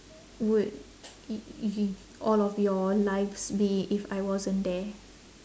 would y~ all of your lives be if I wasn't there